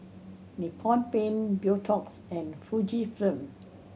Nippon Paint Beautex and Fujifilm